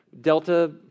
Delta